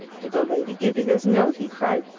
did the lady give you this note? he cried.